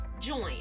join